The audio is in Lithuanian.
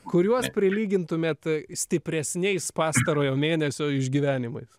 kuriuos prilygintumėt stipresniais pastarojo mėnesio išgyvenimais